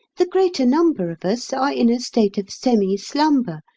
the greater number of us are in a state of semi-slumber,